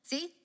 See